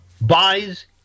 buys